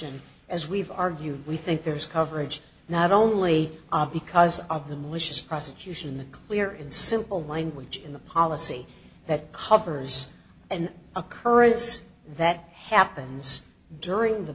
and as we've argued we think there is coverage not only because of the malicious prosecution the clear in simple language in the policy that covers an occurrence that happens during the